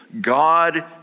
God